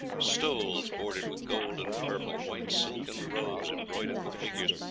stoles bordered with gold and purple, white silken robes embroidered with figures,